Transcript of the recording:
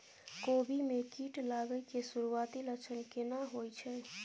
कोबी में कीट लागय के सुरूआती लक्षण केना होय छै